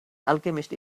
alchemist